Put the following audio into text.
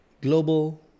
global